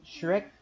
Shrek